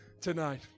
tonight